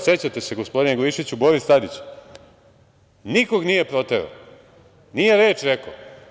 Sećate se, gospodine Glišiću, Boris Tadić nikoga nije proterao, nije reč rekao.